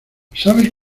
sabes